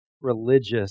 religious